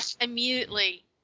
immediately